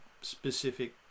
specific